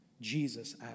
Jesus